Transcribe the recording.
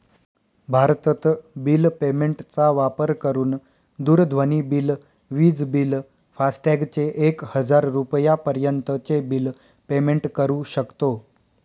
भारतत bill payment चा वापर करून दूरध्वनी बिल, विज बिल, फास्टॅग चे एक हजार रुपयापर्यंत चे बिल पेमेंट करू शकतो